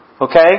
Okay